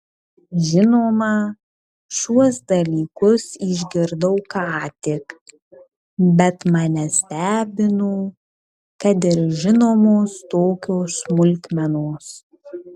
žinoma šiuos dalykus išgirdau ką tik bet mane stebino kad ir žinomos tokios smulkmenos